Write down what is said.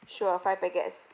sure five packets